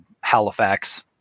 halifax